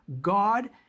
God